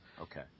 Okay